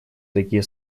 такие